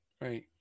Right